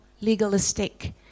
legalistic